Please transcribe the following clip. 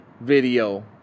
video